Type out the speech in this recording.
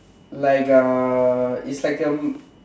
like uh it's like a